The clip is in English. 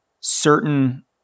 certain